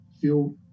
feel